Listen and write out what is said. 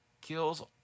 kills